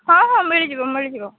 ହଁ ହଁ ମିଳିଯିବ ମିଳିଯିବ